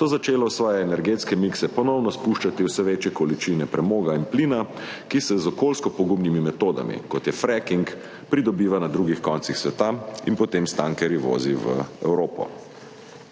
so začele v svoje energetske mikse ponovno spuščati vse večje količine premoga in plina, ki se z okoljsko pogubnimi metodami, kot je fracking, pridobivata na drugih koncih sveta in se ju potem s tankerji vozi v Evropo.